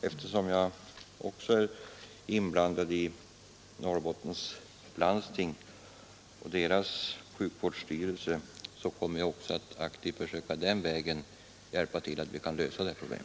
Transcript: Eftersom jag också är engagerad i Norrbottens landsting och dess sjukvårdsstyrelse, kommer jag också att den vägen aktivt söka hjälpa till att få en lösning av detta problem.